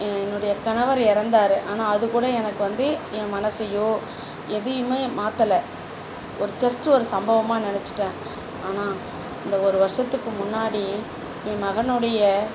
எ என்னுடைய கணவர் இறந்தாரு ஆனால் அது கூட எனக்கு வந்து ஏ மனசையோ எதையுமே மாற்றல ஒரு ஜஸ்ட்டு ஒரு சம்பவமாக நினச்சிட்டேன் ஆனால் இந்த ஒரு வருஷத்துக்கு முன்னாடி ஏ மகனுடைய